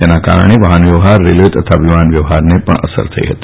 તેના કારણે વાહનવ્યવહાર રેલવે તથા વિમાન વ્યવહારને પણ અસર થઇ હતી